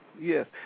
Yes